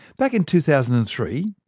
back in two thousand and three,